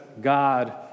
God